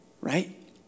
Right